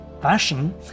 fashion